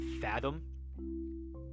fathom